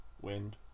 Wind